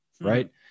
right